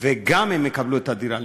וגם הם יקבלו את הדירה לפני.